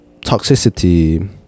Toxicity